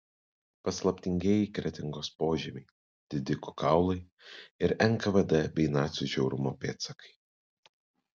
paslaptingieji kretingos požemiai didikų kaulai ir nkvd bei nacių žiaurumo pėdsakai